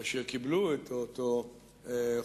כאשר קיבלו את אותו חוק.